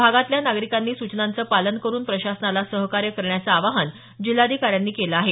भागातल्या नागरिकांनी सूचनांचं पालन करून प्रशासनाला सहकार्य करण्याचं आवाहन जिल्हाधिकाऱ्यांनी केलं आहे